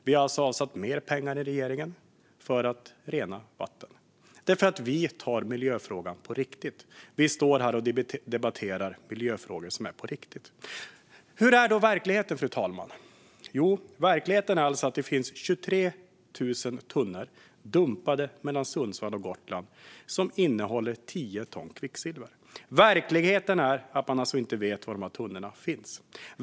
Vi har alltså avsatt mer pengar än regeringen för att rena vatten - därför att vi anser att miljöfrågan är på riktigt. Vi debatterar miljöfrågor som finns på riktigt. Hur är då verkligheten, fru talman? Jo, verkligheten är alltså att det finns 23 000 tunnor dumpade mellan Sundsvall och Gotland som innehåller tio ton kvicksilver. Verkligheten är att man inte vet var tunnorna finns.